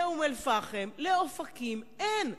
לאום-אל-פחם, לאופקים, אין.